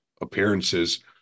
appearances